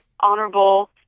Honorable